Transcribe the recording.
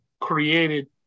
created